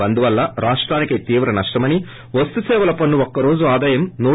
బంద్ వల్ల రాష్టానికే తీవ్ర నష్ణమని వస్తు సేవల పన్ను ఒక్కరోజు ఆదాయం రూ